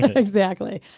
exactly.